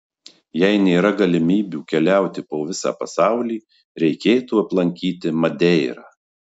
jei nėra galimybių keliauti po visą pasaulį reikėtų aplankyti madeirą